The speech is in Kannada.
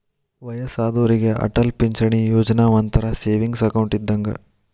ವಯ್ಯಸ್ಸಾದೋರಿಗೆ ಅಟಲ್ ಪಿಂಚಣಿ ಯೋಜನಾ ಒಂಥರಾ ಸೇವಿಂಗ್ಸ್ ಅಕೌಂಟ್ ಇದ್ದಂಗ